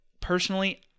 Personally